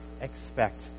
expect